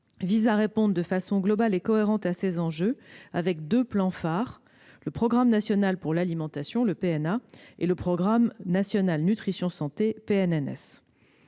vise à répondre de façon globale et cohérente à ces enjeux avec deux plans phares : le programme national pour l'alimentation (PNA) et le programme national nutrition santé (PNNS).